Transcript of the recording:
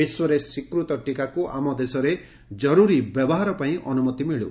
ବିଶ୍ୱରେ ସ୍ୱୀକୃତ ଟିକାକୁ ଆମ ଦେଶରେ ଜରୁରୀ ବ୍ୟବହାର ପାଇଁ ଅନୁମତି ମିଳୁ